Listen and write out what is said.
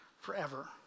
forever